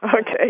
Okay